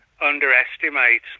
underestimate